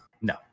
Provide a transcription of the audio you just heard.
No